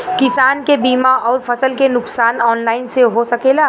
किसान के बीमा अउर फसल के नुकसान ऑनलाइन से हो सकेला?